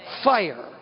Fire